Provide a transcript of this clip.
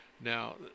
Now